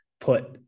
put